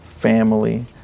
family